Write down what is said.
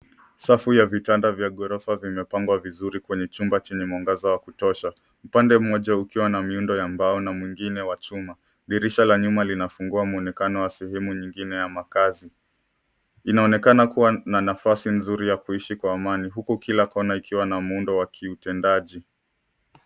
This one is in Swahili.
Safu ya vitanda vya ghorofa vimepangwa vizuri kwenye chumba chenye mwangaza wa kutosha. Upande mmoja ukiwa na miundo ya mbao na mwingine la chuma. Dirisha la nyuma linafungua mwonekano wa sehemu nyingine ya makazi. Inaonekana kuwa na nafasi nzuri ya kuishi kwa amani huku kila kona ikiwa na muundo wa utendaji.